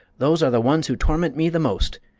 those are the ones who torment me the most!